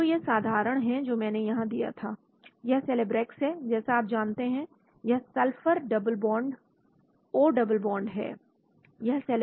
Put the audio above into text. तो यह साधारण है जो मैंने यहां दिया था यह Celebrex है जैसा आप जानते हैं यह sulphur double bond O double bond O है